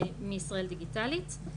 מישראל דיגיטלית.